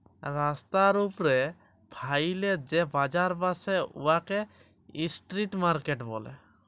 রাস্তার উপ্রে ফ্যাইলে যে বাজার ব্যসে উয়াকে ইস্ট্রিট মার্কেট ব্যলে